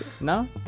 No